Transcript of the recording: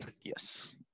Yes